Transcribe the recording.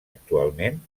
actualment